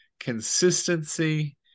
consistency